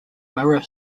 mirror